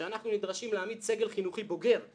ושאנחנו נדרשים להעמיד סגל חינוכי בוגר אנחנו